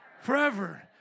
Forever